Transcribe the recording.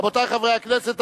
רבותי חברי הכנסת,